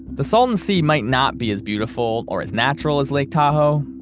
the salton sea might not be as beautiful or as natural as lake tahoe,